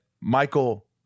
Michael